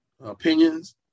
opinions